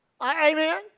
Amen